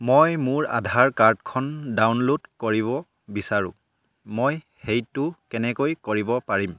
মই মোৰ আধাৰ কাৰ্ডখন ডাউনল'ড কৰিব বিচাৰোঁ মই সেইটো কেনেকৈ কৰিব পাৰিম